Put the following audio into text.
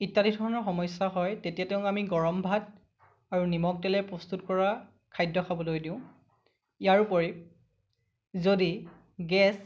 ইত্যাদি ধৰণৰ সমস্যা হয় তেতিয়া তেওঁক আমি গৰম ভাত আৰু নিমখ তেলেৰে প্ৰস্তুত কৰা খাদ্য খাবলৈ দিওঁ ইয়াৰোপৰি যদি গেছ